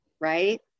right